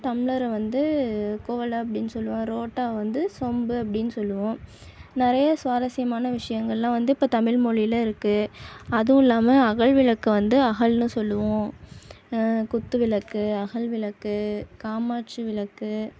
டம்ளரை வந்து குவளை அப்படின்னு சொல்லுவோம் ரோட்டாவை வந்து சொம்பு அப்படின்னு சொல்லுவோம் நிறைய சுவாரசியமான விஷயங்கள்லாம் வந்து இப்போ தமிழ் மொழியில் இருக்குது அதுவும் இல்லாமல் அகல் விளக்கை வந்து அகல்னு சொல்லுவோம் குத்து விளக்கு அகல் விளக்கு காமாட்சி விளக்கு